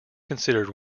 considered